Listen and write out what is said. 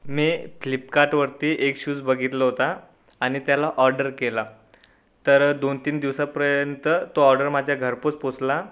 मी फ्लिपकाटवरती एक शूज बगितलं होता आणि त्याला ऑर्डर केला तर दोन तीन दिवसापर्यंत तो ऑर्डर माझ्या घरपोच पोचला